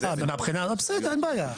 מהבחינה הזאת, בסדר, אין בעיה.